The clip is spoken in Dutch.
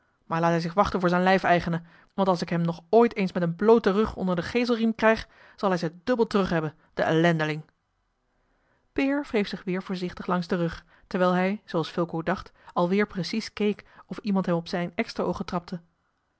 maar laat hij zich wachten voor zijn lijfeigene want als ik hem nog ooit eens met een blooten rug onder den geeselriem krijg zal hij ze dubbel terughebben de ellendeling peer wreef zich weer voorzichtig langs den rug terwijl hij zooals fulco dacht alweer precies keek of iemand hem op zijne eksteroogen trapte